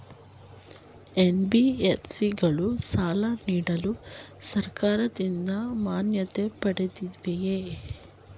NBFC ಗಳು ಸಾಲ ನೀಡಲು ಸರ್ಕಾರದಿಂದ ಮಾನ್ಯತೆ ಪಡೆದಿವೆಯೇ?